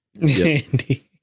Andy